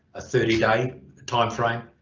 a thirty day time frame,